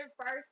first